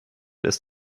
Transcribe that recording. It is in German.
ist